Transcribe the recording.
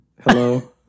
hello